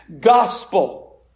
gospel